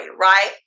right